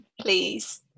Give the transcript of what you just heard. Please